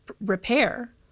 repair